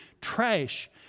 trash